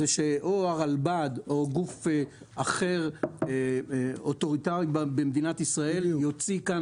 זה שאו הרלב"ד או גוף אחר אוטוריטרי במדינת ישראל יוציא כאן